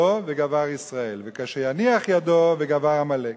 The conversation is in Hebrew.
וגבר ישראל וכאשר יניח ידו וגבר עמלק".